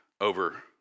over